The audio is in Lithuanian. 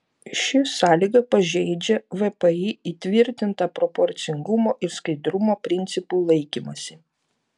ši sąlyga pažeidžia vpį įtvirtintą proporcingumo ir skaidrumo principų laikymąsi